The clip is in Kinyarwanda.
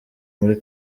muri